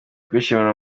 kwishimira